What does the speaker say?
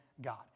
God